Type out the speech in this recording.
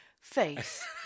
face